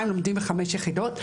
לומדים בחמש יחידות,